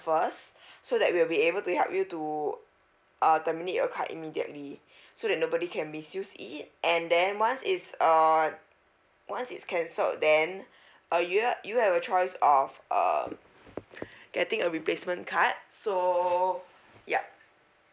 first so that we'll be able to help you to uh terminate your card immediately so that nobody can misuse it and then once it's uh once it's cancelled then uh you er~ you have a choice of uh getting a replacement card so yup